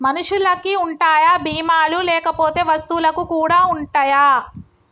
మనుషులకి ఉంటాయా బీమా లు లేకపోతే వస్తువులకు కూడా ఉంటయా?